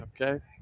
Okay